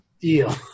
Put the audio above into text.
Deal